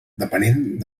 depenent